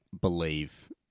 believe